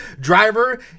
Driver